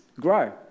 grow